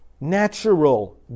natural